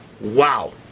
Wow